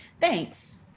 thanks